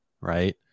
right